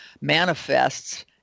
manifests